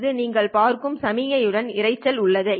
இது நீங்கள் பார்க்கும் சமிக்ஞை உடன் இரைச்சல் உள்ளது